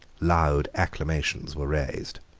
loud acclamations were raised.